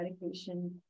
medication